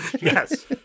yes